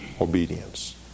Obedience